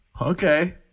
Okay